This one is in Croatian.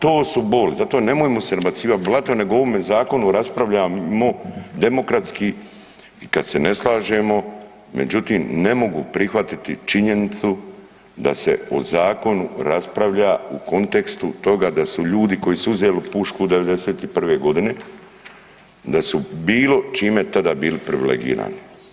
To su boli, zato nemojmo se nabacivat blatom, nego ovome zakonu raspravljajmo demokratski i kad se ne slažemo, međutim, ne mogu prihvatiti činjenicu da se o Zakonu raspravlja u kontekstu toga da su ljudi koji su uzeli pušku 91. godine, da su bilo čime tada bili privilegirani.